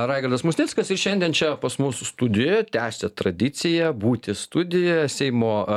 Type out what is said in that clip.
raigardas musnickas ir šiandien čia pas mus studijoje tęsia tradiciją būti studijoje seimo